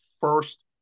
first